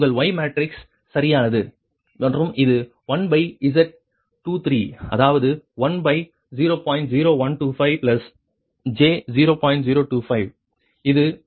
உங்கள் Y matrix சரியானது மற்றும் இது 1Z23அதாவது10